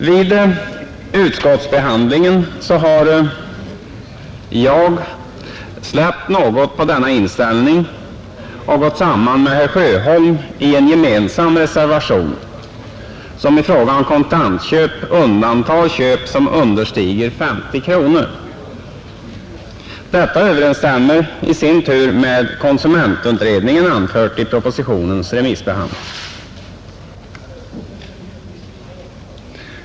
Vid utskottsbehandlingen har jag släppt något på denna inställning och gått samman med herr Sjöholm i en gemensam reservation, som i fråga om kontantköp undantar köp som understiger 50 kronor. Detta överensstämmer i sin tur med vad konsumentutredningen anfört vid propositionens remissbehandling.